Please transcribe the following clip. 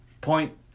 point